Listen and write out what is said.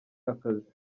akazi